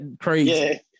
crazy